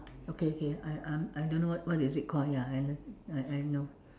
okay K I I'm I don't know what is it called ya I I know